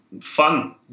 fun